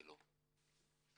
מה,